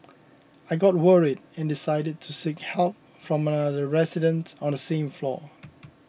I got worried and decided to seek help from another resident on the same floor